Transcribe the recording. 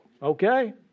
Okay